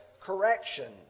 correction